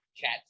cat